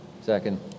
Second